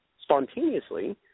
spontaneously